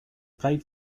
played